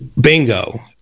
bingo